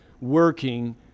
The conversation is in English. working